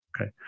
Okay